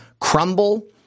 crumble